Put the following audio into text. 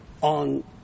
on